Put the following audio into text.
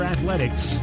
Athletics